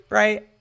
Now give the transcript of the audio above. right